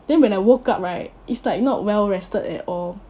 then when I woke up right it's like not well rested at all